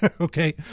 Okay